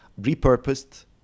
repurposed